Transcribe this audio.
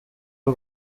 w’u